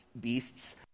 beasts